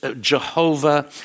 Jehovah